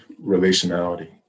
relationality